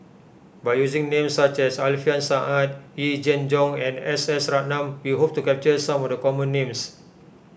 by using names such as Alfian Sa'At Yee Jenn Jong and S S Ratnam we hope to capture some of the common names